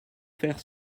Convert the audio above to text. faire